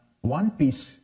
one-piece